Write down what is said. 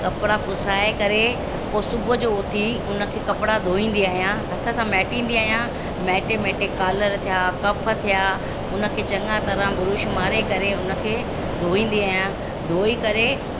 कपिड़ा पुसाए करे पोइ सुबूह जो उथी उन खे कपिड़ा धोईंदी आहियां हथ सां मेटींदी आहियां मेटे मैटे कॉलर थिया कफ थिया उन खे चङा तरह बुरुश मारे करे उन खे धोईंदी आहियां धोई करे